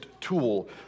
tool